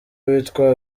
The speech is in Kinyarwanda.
witwa